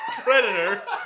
Predators